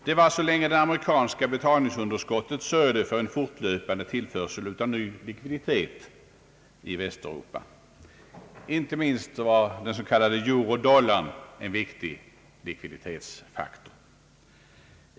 Det var så länge det amerikanska betalningsunderskottet sörjde för en fortlöpande tillförsel av ny likviditet i Västeuropa. Inte minst var den s.k. eurodollarn en viktig likviditetsfaktor.